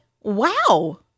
Wow